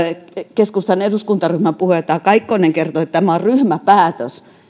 keskustan eduskuntaryhmän puheenjohtaja kaikkonen kertoi että tämä on ryhmäpäätös